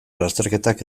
lasterketak